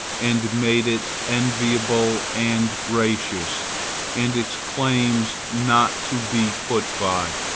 and made it enviable and gracious and its claims not to be put by,